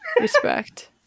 Respect